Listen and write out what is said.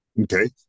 Okay